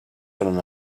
solen